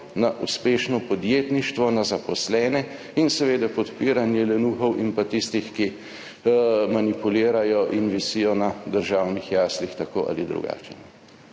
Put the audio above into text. na uspešno podjetništvo, na zaposlene in seveda podpiranje lenuhov in pa tistih, ki manipulirajo in visijo na državnih jaslih tako ali drugače.